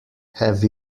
have